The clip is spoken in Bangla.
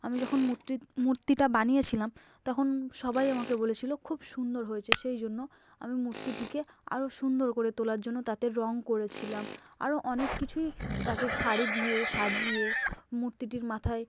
আমি যখন মূর্তি মূর্তিটা বানিয়েছিলাম তখন সবাই আমাকে বলেছিল খুব সুন্দর হয়েছে সেই জন্য আমি মূর্তিটিকে আরও সুন্দর করে তোলার জন্য তাতে রং করেছিলাম আরও অনেক কিছুই তাকে শাড়ি দিয়ে সাজিয়ে মূর্তিটির মাথায়